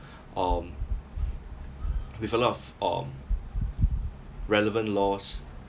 um with a lot of um relevant laws